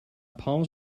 palms